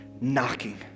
knocking